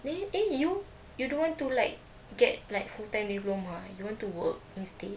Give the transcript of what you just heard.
then eh you you don't want to like get like full time diploma you want to work instead